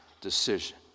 decision